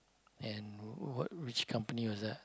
and w~ what which company was that